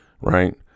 right